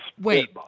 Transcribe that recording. Wait